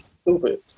Stupid